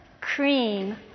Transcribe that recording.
cream